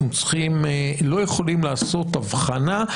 אנחנו לא יכולים לעשות הבחנה.